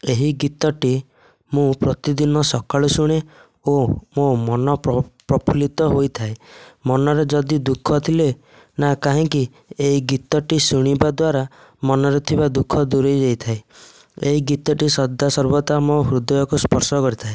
ଏହି ଗୀତଟି ମୁଁ ପ୍ରତିଦିନ ସକାଳୁ ଶୁଣେ ଓ ମୋ' ମନ ପ୍ରଫୁଲ୍ଲିତ ହୋଇଥାଏ ମନରେ ଯଦି ଦୁଃଖ ଥିଲେ ନାଁ କାହିଁକି ଏହି ଗୀତଟି ଶୁଣିବା ଦ୍ୱାରା ମନରେ ଥିବା ଦୁଃଖ ଦୂରେଇଯାଇଥାଏ ଏହି ଗୀତଟି ସଦା ସର୍ବଦା ମୋ' ହୃଦୟକୁ ସ୍ପର୍ଶ କରିଥାଏ